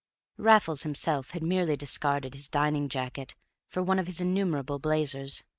raffles himself had merely discarded his dining jacket for one of his innumerable blazers.